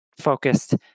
focused